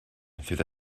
through